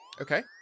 Okay